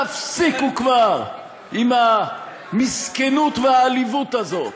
תפסיקו כבר עם המסכנות והעליבות הזאת.